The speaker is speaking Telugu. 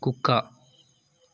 కుక్క